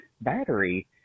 battery